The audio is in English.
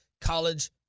College